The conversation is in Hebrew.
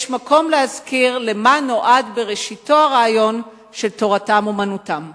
יש מקום להזכיר לְמה נועד בראשיתו הרעיון של תורתם-אומנותם.